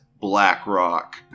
BlackRock